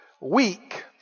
weak